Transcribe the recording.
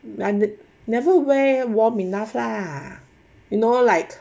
and it never wear warm enough lah you know like